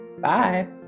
Bye